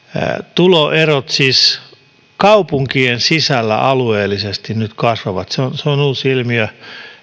tuloerot kaupunkien sisällä alueellisesti nyt kasvavat se on uusi ilmiö